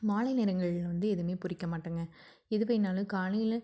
மாலை நேரங்களில் வந்து எதுவுமே பறிக்க மாட்டேங்க எது வேணாலும் காலையில்